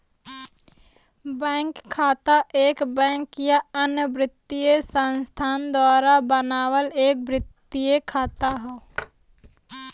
bank खाता एक bank या अन्य वित्तीय संस्थान द्वारा बनावल एक वित्तीय खाता हौ